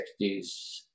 60s